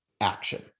action